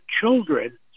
children